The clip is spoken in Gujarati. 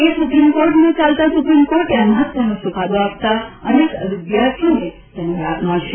કેસ સુપ્રિમ કોર્ટમાં ચાલતા સુપ્રિમ કોર્ટે આ મહત્વવનો ચૂકાદો આપતા અનેક વિદ્યાર્થીઓને લાભ મળશે